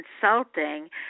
consulting